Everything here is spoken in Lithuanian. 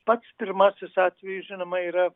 pats pirmasis atvejis žinoma yra